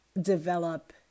develop